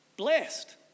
Blessed